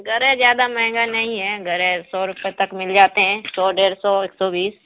گرے زیادہ مہنگا نہیں ہے گرے سو روپے تک مل جاتے ہیں سو ڈیڑھ سو ایک سو بیس